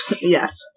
yes